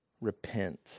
repent